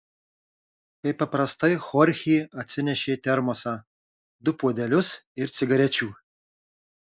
kaip paprastai chorchė atsinešė termosą du puodelius ir cigarečių